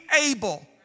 able